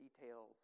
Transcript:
details